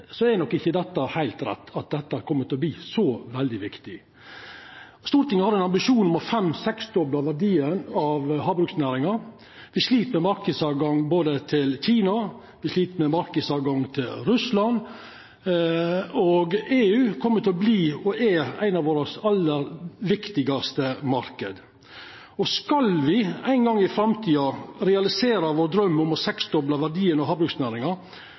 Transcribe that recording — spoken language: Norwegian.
så veldig viktig. Stortinget har ein ambisjon om å fem–seksdobla verdien av havbruksnæringa. Me slit med marknadstilgang til Kina, me slit med marknadstilgang til Russland, og EU er, og kjem til å vera, ein av dei aller viktigaste marknadene våre. Skal me ein gong i framtida realisera draumen om å seksdobla verdien av havbruksnæringa og